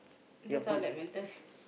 that's all that matters